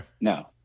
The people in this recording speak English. No